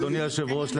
אדוני היושב-ראש,